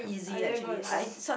I didn't go and learn